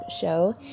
show